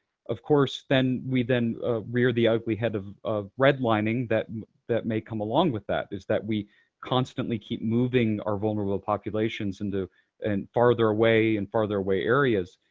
of course, then we then rear the ugly head of of redlining that that may come along with that, is that we constantly keep moving our vulnerable populations in and farther away in farther away areas